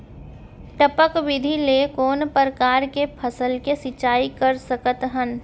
टपक विधि ले कोन परकार के फसल के सिंचाई कर सकत हन?